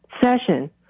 session